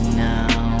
now